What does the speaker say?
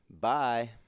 Bye